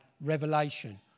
revelation